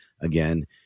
again